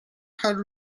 had